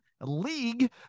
League